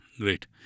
great